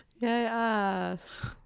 Yes